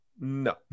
No